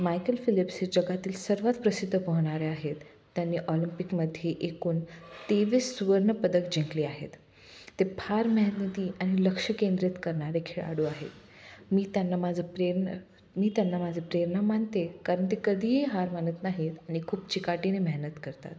Michael Phelps हे जगातील सर्वात प्रसिद्ध पोहणारे आहेत त्यांनी ऑलिमपिकमध्ये एकूण तेवीस सुवर्णपदक जिंकले आहेत ते फार मेहनती आणि लक्ष केंद्रित करणारे खेळाडू आहेत मी त्यांना माझं प्रेरन मी त्यांना माझं प्रेरणा मानते कारण ते कधीही हार मानत नाहीत आणि खूप चिकाटीने मेहनत करतात